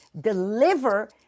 deliver